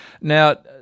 Now